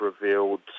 revealed